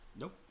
Nope